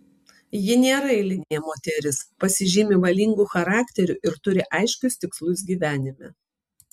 ji nėra eilinė moteris pasižymi valingu charakteriu ir turi aiškius tikslus gyvenime